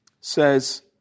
says